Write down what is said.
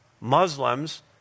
Muslims